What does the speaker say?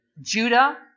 Judah